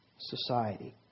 Society